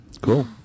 Cool